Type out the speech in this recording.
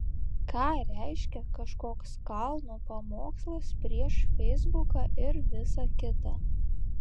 ką reiškia kažkoks kalno pamokslas prieš feisbuką ir visa kita